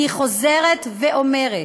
אני חוזרת ואומרת: